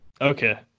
Okay